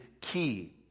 key